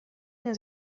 nie